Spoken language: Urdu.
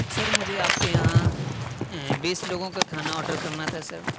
سر مجھے آپ کے یہاں بیس لوگوں کا کھانا آڈر کرنا تھا سر